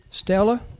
Stella